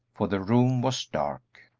for the room was dark.